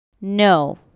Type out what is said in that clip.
No